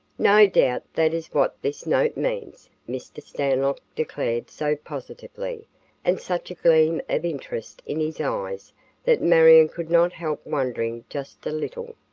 no doubt that is what this note means, mr. stanlock declared so positively and such a gleam of interest in his eyes that marion could not help wondering just a little.